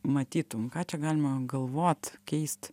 matytum ką čia galima galvot keist